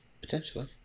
Potentially